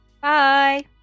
Bye